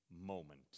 moment